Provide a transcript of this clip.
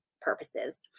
purposes